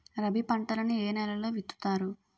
రబీ పంటలను ఏ నెలలో విత్తుతారు?